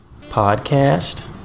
podcast